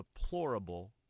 deplorable